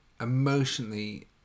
emotionally